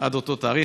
עד אותו תאריך.